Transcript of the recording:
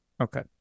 Okay